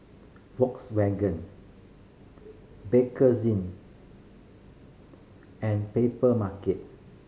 Volkswagen Bakerzin and Papermarket